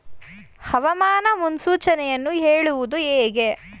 ಹವಾಮಾನ ಮುನ್ಸೂಚನೆಯನ್ನು ಹೇಳುವುದು ಹೇಗೆ?